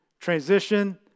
transition